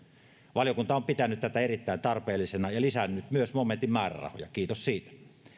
valiokunta on pitänyt tätä erittäin tarpeellisena ja lisännyt myös momentin määrärahoja kiitos siitä